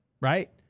right